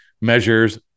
measures